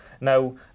Now